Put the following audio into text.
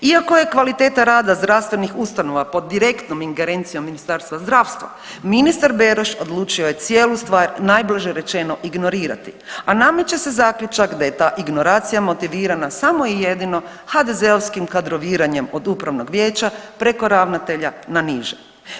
Iako je kvaliteta zdravstvenih ustanova pod direktnom ingerencijom Ministarstva zdravstva ministar Beroš odlučio je cijelu stvar najblaže rečeno ignorirati, a nameće se zaključak da je ta ignorancija motivirana samo jedino HDZ-ovskim kadroviranjem od upravnog vijeća preko ravnatelja na niže.